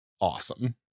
awesome